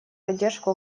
поддержку